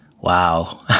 Wow